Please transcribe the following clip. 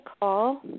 call